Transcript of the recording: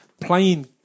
Playing